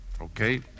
Okay